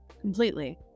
completely